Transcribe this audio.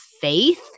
faith